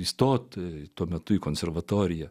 įstoti tuo metu į konservatoriją